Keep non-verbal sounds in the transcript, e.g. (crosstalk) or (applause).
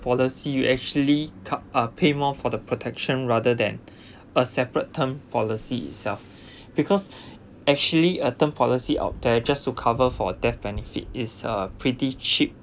policy you actually cut uh pay more for the protection rather than (breath) a separate term policy itself (breath) because actually a term policy out there just to cover for death benefit is uh pretty cheap